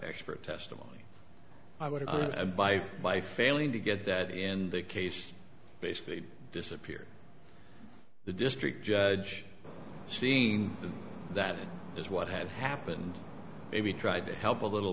expert testimony i would i buy by failing to get that and the case basically disappeared the district judge seeing that is what had happened maybe tried to help a little